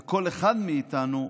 וכל אחד מאיתנו,